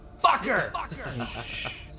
Fucker